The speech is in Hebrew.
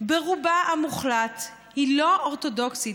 ברובה המוחלט היא לא אורתודוקסית.